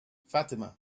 fatima